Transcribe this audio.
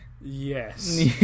Yes